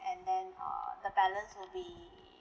and then err the balance will be